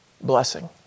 blessing